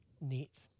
Neat